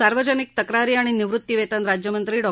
सार्वजनिक तक्रारी आणि निवृत्तीवेतन राज्यमंत्री डॉ